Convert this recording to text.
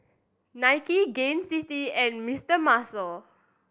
Nike Gain City and Mister Muscle